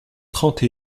trente